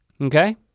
Okay